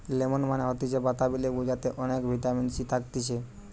lemon মানে হতিছে বাতাবি লেবু যাতে অনেক ভিটামিন সি থাকতিছে